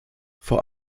vor